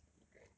great